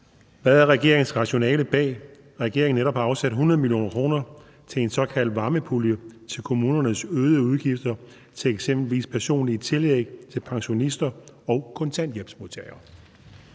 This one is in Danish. Hvad er regeringens rationale bag, at regeringen netop har afsat 100 mio. kr. til en såkaldt varmepulje til kommunernes øgede udgifter til eksempelvis personlige tillæg til pensionister og kontanthjælpsmodtagere?